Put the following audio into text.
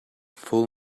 full